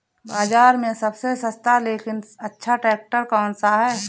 बाज़ार में सबसे सस्ता लेकिन अच्छा ट्रैक्टर कौनसा है?